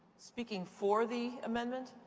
speaking for the amendment?